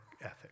ethic